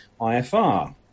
IFR